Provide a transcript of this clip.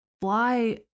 fly